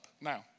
Now